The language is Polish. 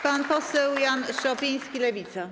Pan poseł Jan Szopiński, Lewica.